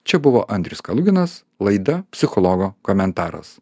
čia buvo andrius kaluginas laida psichologo komentaras